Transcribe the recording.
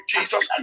Jesus